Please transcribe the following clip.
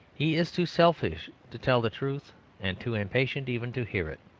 he is too selfish to tell the truth and too impatient even to hear it.